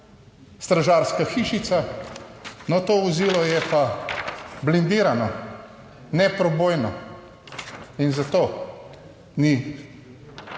stražarska hišica. No, to vozilo je pa blendirano, neprobojno in zato ni